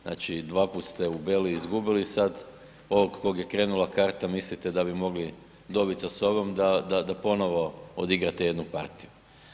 Znači dvaput ste u Beli izgubili, sad ovog kog je krenula karta mislite da bi mogli dobit sa ovom da ponovo odigrate jednu partiju.